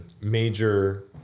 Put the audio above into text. major